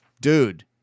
Dude